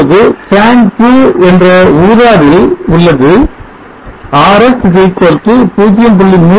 இப்பொழுது Tran 2 என்ற ஊதாவில் உள்ளது Rs 0